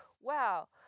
wow